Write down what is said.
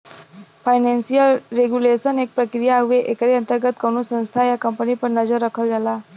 financial regulation एक प्रक्रिया हउवे एकरे अंतर्गत कउनो संस्था या कम्पनी पर नजर रखल जाला